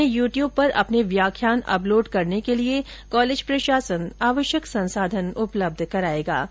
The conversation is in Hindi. इन्हें यूट्यूब पर अपने व्याख्यान अपलोड करने के लिए कॉलेज प्रशासन आवश्यक संसाधन उपलब्ध कराएगा